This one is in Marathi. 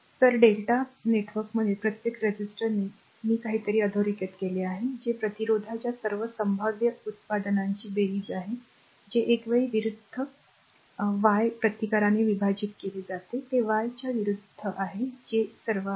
तर Δ नेटवर्कमधील प्रत्येक रेझिस्टरने मी काहीतरी अधोरेखित केले आहे जे प्रतिरोधाच्या सर्व संभाव्य उत्पादनांची बेरीज आहे जे एका वेळी विरुद्ध r Y प्रतिकाराने विभाजित केले जाते जे Y च्या विरुद्ध आहे जे सर्व आहे